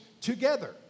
together